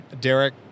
Derek